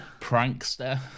Prankster